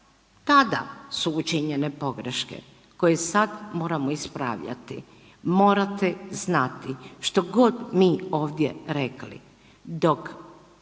tada su učinjene pogreške koje sad moramo ispravljati. Morate znati što god mi ovdje rekli, dok